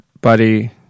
buddy